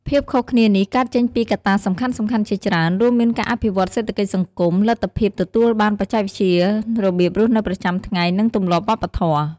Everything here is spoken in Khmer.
ភាពខុសគ្នានេះកើតចេញពីកត្តាសំខាន់ៗជាច្រើន រួមមានការអភិវឌ្ឍន៍សេដ្ឋកិច្ចសង្គម លទ្ធភាពទទួលបានបច្ចេកវិទ្យា របៀបរស់នៅប្រចាំថ្ងៃ និងទម្លាប់វប្បធម៌។